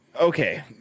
Okay